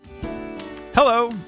Hello